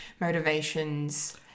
motivations